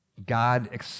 God